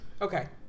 Okay